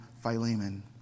Philemon